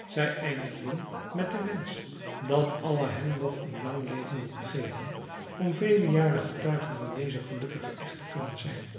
zij eindigden met den wensch dat allah hem nog een lang leven mogt geven om vele jaren getuige van dezen gelukkigen echt te kunnen zijn